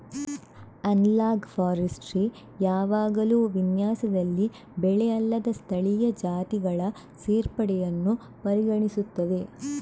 analogue forestry ಯಾವಾಗಲೂ ವಿನ್ಯಾಸದಲ್ಲಿ ಬೆಳೆ ಅಲ್ಲದ ಸ್ಥಳೀಯ ಜಾತಿಗಳ ಸೇರ್ಪಡೆಯನ್ನು ಪರಿಗಣಿಸುತ್ತದೆ